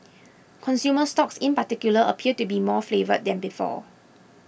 consumer stocks in particular appear to be more favoured than before